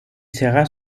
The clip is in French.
sera